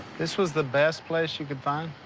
this was the best place you could find?